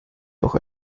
auch